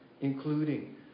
including